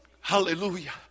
Hallelujah